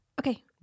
Okay